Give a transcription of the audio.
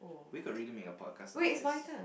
we could really make a podcast out of this